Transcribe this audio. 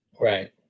Right